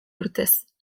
urtez